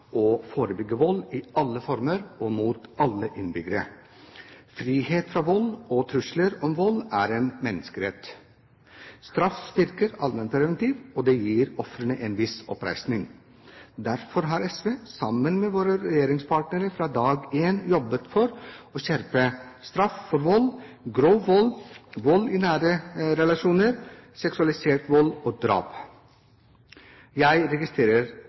å forebygge vold i alle former og mot alle innbyggere. Frihet fra vold og trusler om vold er en menneskerett. Straff virker allmennpreventivt, og det gir ofrene en viss oppreisning. Derfor har SV, sammen med våre regjeringspartnere, fra dag én jobbet for å skjerpe straffen for vold, grov vold, vold i nære relasjoner, seksualisert vold og drap. Jeg registrerer